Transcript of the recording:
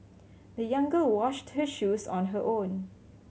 the young girl washed her shoes on her own